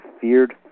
feared